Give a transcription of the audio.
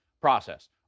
process